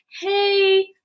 hey